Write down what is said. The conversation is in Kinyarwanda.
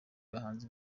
bahanzi